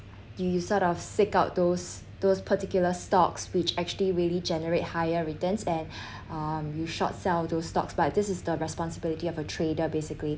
you you sort of seek out those those particular stocks which actually really generate higher returns and um you short sell those stocks but this is the responsibility of a trader basically